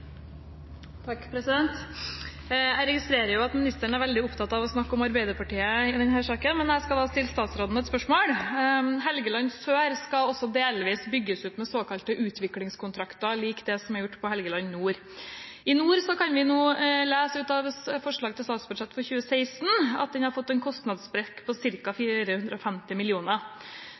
Jeg registrerer at ministeren er veldig opptatt av å snakke om Arbeiderpartiet i denne saken. Jeg skal stille statsråden et spørsmål: Helgeland sør skal delvis bygges ut med såkalte utviklingskontrakter lik det som er gjort på Helgeland nord. I nord kan vi nå lese ut av forslaget til statsbudsjett for 2016 at man har fått en kostnadssprekk på